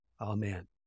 Amen